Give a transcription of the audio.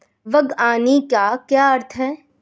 बागवानी का क्या अर्थ है?